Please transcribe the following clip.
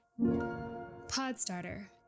Podstarter